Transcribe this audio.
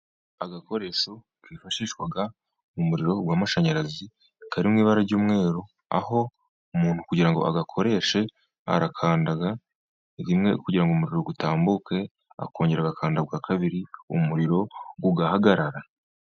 Agakoresho kifashishwa mu umuriro w'amashanyarazi, karimo ibara ry'umweru, aho umuntu kugira ngo agakoreshe, arakanda rimwe kugira ngo umuriro utambuke, akongera agakanda bwa kabiri umuriro ugahagarara.